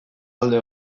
alde